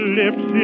lips